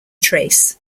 trace